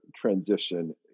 transition